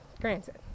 granted